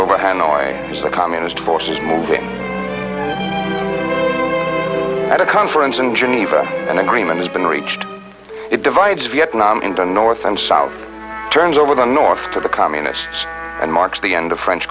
over hanoi as the communist forces moving at a conference in geneva an agreement has been reached it divides vietnam into north and south turns over the north to the communists and marks the end of french